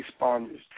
responders